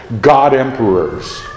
god-emperors